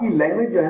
language